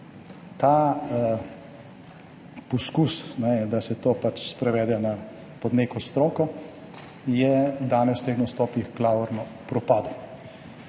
Ta poskus, da se to pač sprovede pod neko stroko, je danes v teh nastopih klavrno propadel.